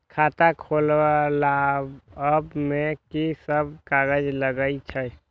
खाता खोलाअब में की सब कागज लगे छै?